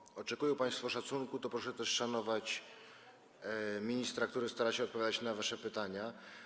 Jeżeli oczekują państwo szacunku, to proszę też szanować ministra, który stara się odpowiadać na wasze pytania.